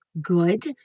good